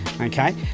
okay